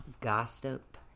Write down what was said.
Gossip